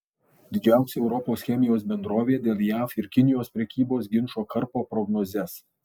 didžiausia europos chemijos bendrovė dėl jav ir kinijos prekybos ginčo karpo prognozes